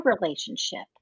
relationship